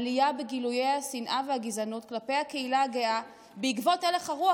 עלייה בגילויי השנאה והגזענות כלפי הקהילה הגאה בעקבות הלך הרוח.